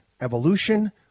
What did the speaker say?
evolution